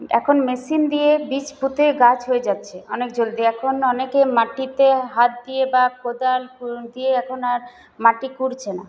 এখন মেশিন দিয়ে বীজ পুঁতে গাছ হয়ে যাচ্ছে অনেক জলদি এখন অনেকে মাটিতে হাত দিয়ে বা কোদাল দিয়ে এখন আর মাটি খুঁড়ছে না